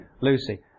Lucy